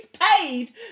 paid